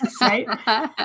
Right